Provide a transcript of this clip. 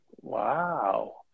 Wow